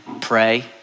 Pray